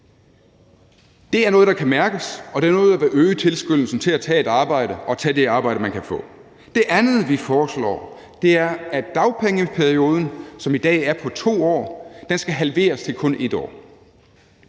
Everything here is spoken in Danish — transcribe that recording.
Det er noget, der kan mærkes, og det er noget, der vil øge tilskyndelsen til at tage et arbejde og tage det arbejde, man kan få. Det andet, vi foreslår, er, at dagpengeperioden, som i dag er på 2 år, skal halveres til kun at være